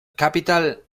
capital